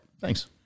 Thanks